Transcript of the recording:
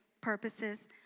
purposes